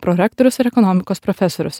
prorektorius ir ekonomikos profesorius